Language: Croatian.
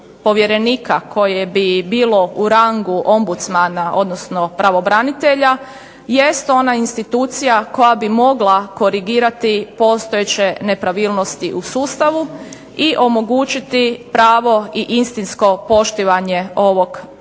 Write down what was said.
koje bi bilo u rangu ombudsmana odnosno pravobranitelja jest ona institucija koja bi mogla korigirati postojeće nepravilnosti u sustavu i omogućiti pravo i istinsko poštivanje ovog izuzetno